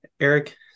eric